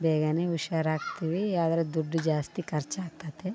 ಬೇಗ ಹುಷಾರ್ ಆಗ್ತೀವಿ ಆದರೆ ದುಡ್ಡು ಜಾಸ್ತಿ ಖರ್ಚ್ ಆಗ್ತದೆ